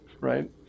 right